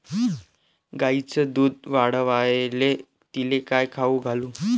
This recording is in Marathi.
गायीचं दुध वाढवायले तिले काय खाऊ घालू?